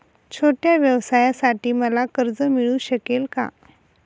छोट्या व्यवसायासाठी मला कर्ज मिळू शकेल का?